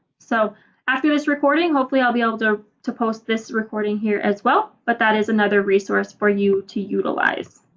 so after this recording hopefully i'll be able to to post this recording here as well but that is another resource for you to utilize.